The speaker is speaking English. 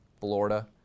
Florida